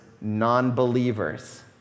non-believers